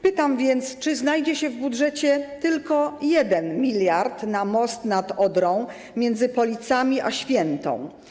Pytam więc, czy znajdzie się w budżecie tylko 1 mld na most nad Odrą między Policami a Świętą.